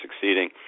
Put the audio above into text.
succeeding